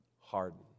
hardened